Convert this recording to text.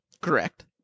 Correct